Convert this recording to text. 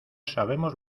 sabemos